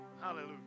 hallelujah